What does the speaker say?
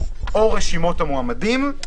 או רשימות המועמדים"